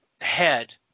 head